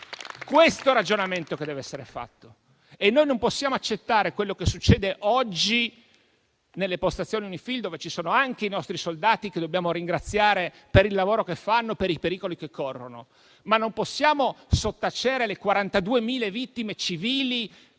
Questo è il ragionamento che deve essere fatto. E noi non possiamo accettare quello che succede oggi nelle postazioni UNIFIL, dove ci sono anche i nostri soldati, che dobbiamo ringraziare per il lavoro che fanno e per i pericoli che corrono. Ma non possiamo sottacere le 42.000 vittime